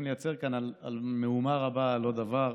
לייצר כאן על מהומה רבה על לא דבר.